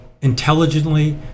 intelligently